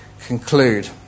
conclude